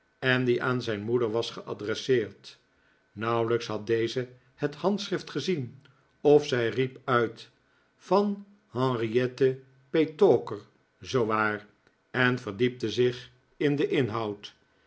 en die aan zijn moeder was geadresseerd nauwelijks had deze het handschrift gezien of zij riep uit van henriette petowker zoo waar en verdiepte zich in den inhoud